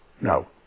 No